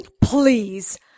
Please